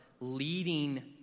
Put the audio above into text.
leading